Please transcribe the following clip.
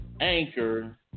Anchor